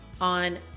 on